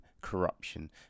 corruption